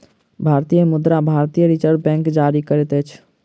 भारतीय मुद्रा भारतीय रिज़र्व बैंक जारी करैत अछि